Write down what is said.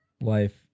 life